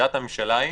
עמדת הממשלה היא